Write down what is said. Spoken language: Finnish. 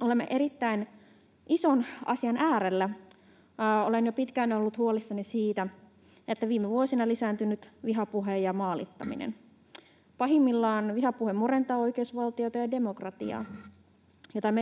Olemme erittäin ison asian äärellä. Olen jo pitkään ollut huolissani siitä, että viime vuosina vihapuhe ja maalittaminen ovat lisääntyneet. Pahimmillaan vihapuhe murentaa oi- keusvaltiota ja demokratiaa, joten